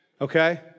Okay